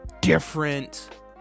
Different